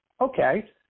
Okay